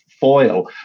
foil